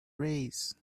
rays